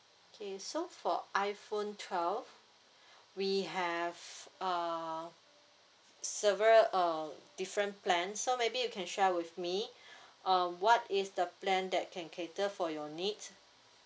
okay so for iphone twelve we have uh several uh different plans so maybe you can share with me uh what is the plan that can cater for your needs